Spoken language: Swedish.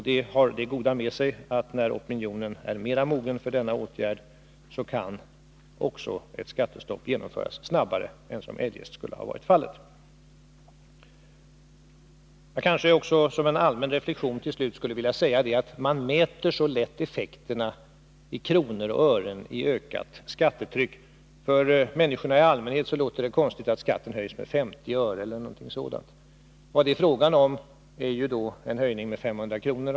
Det har det goda med sig att när opinionen är mera mogen för denna åtgärd kan ett skattestopp genomföras snabbare än som eljest skulle ha varit fallet. Till slut en allmän reflexion. Man mäter så lätt effekterna av ett ökat skattetryck i kronor och ören. För människorna i allmänhet låter det konstigt att skatten höjs med 50 öre eller något sådant. Vad det är fråga om är då en höjning med 250 kr.